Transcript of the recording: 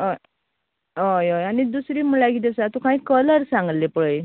हय हय हय आनी दुसरी म्हळ्यार कितें आसा तुका हाये कलर सांगले पळय